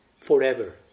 forever